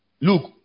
look